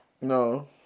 No